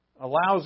allows